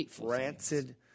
rancid